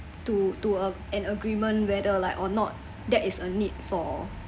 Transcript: to to uh an agreement whether like or not that is a need for